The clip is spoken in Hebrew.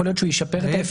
להיפך.